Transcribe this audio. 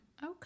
okay